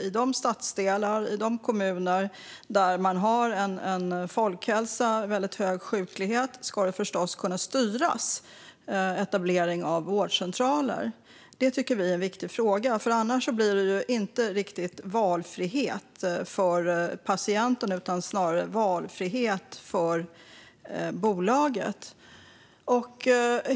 I de stadsdelar och kommuner där det är väldigt hög sjuklighet ska man förstås kunna styra etableringen av vårdcentraler. Det tycker vi är en viktig fråga. Annars blir det inte riktigt valfrihet för patienterna utan snarare valfrihet för bolagen.